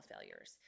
failures